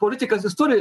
politikas jis turi